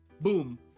Boom